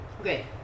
Okay